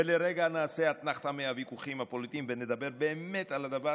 ולרגע נעשה אתנחתה מהוויכוחים הפוליטיים ונדבר באמת על הדבר